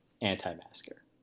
anti-masker